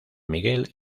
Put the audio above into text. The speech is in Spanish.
miguel